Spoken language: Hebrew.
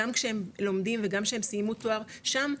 גם שהם לומדים וגם שהם סיימו תואר שם,